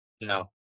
No